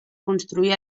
construir